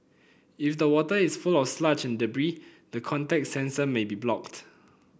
if the water is full of sludge and debris the contact sensor may be blocked